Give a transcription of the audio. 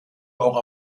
auch